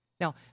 Now